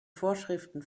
vorschriften